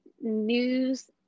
news